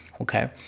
okay